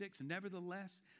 nevertheless